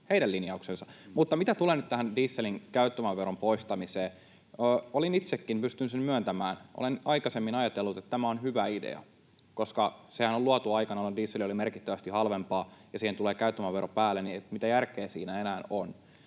heidän linjauksensa. Mitä tulee nyt tähän dieselin käyttövoimaveron poistamiseen, olen itsekin pystynyt sen myöntämään, että olen aikaisemmin ajatellut, että tämä on hyvä idea, koska sehän on luotu aikana, jolloin diesel oli merkittävästi halvempaa, ja kun siihen tulee käyttövoimavero päälle, niin mitä järkeä siinä enää on.